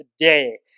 today